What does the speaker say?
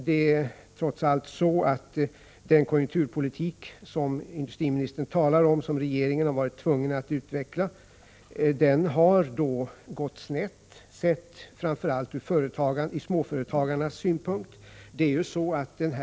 Det är emellertid trots allt så att den konjunkturpolitik som industriministern talar om och som regeringen har varit tvungen att utveckla har gått snett, framför allt sett ur småföretagar nas synpunkt.